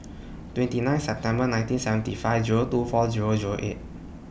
twenty nine September nineteen seventy five Zero two four Zero Zero eight